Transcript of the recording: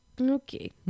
Okay